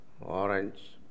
orange